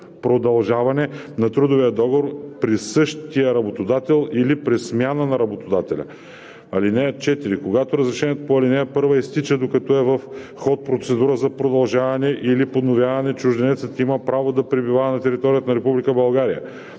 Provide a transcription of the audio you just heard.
продължаване на трудовия договор при същия работодател или при смяна на работодателя. (4) Когато разрешението по ал. 1 изтича, докато е в ход процедура за продължаване или подновяване, чужденецът има право да пребивава на територията на